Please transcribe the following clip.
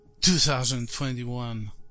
2021